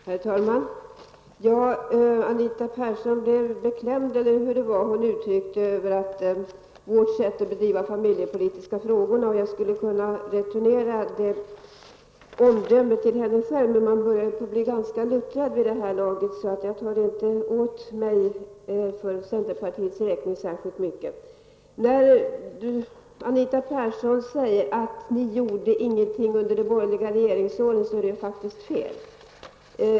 Herr talman! Anita Persson blev beklämd över vårt sätt att driva de familjepolitiska frågorna. Jag skulle kunna returnera det omdömet till henne själv, men man börjar bli ganska luttrad vid det här laget. Jag tog således inte åt mig särskilt mycket för centerpartiets räkning. Anita Persson säger att vi inte gjorde något under de borgerliga regeringsåren. Det är faktiskt fel.